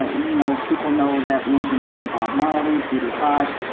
ah you know, people know that region for bob marley, peter tosh,